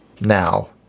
now